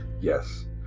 Yes